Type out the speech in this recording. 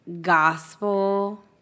gospel